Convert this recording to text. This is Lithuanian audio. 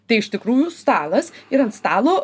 tai iš tikrųjų stalas ir ant stalo